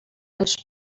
els